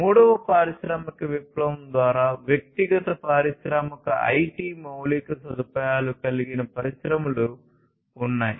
మూడవ పారిశ్రామిక విప్లవం ద్వారా వ్యక్తిగత పారిశ్రామిక ఐటి మౌలిక సదుపాయాలు కలిగిన పరిశ్రమలు ఉన్నాయి